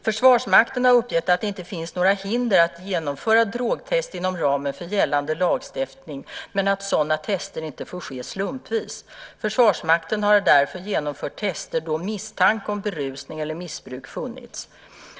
Försvarsmakten har uppgett att det inte finns några hinder för att genomföra drogtester inom ramen för gällande lagstiftning, men att sådana tester inte får ske slumpvis. Försvarsmakten har därför genomfört tester då misstanke om berusning eller missbruk funnits.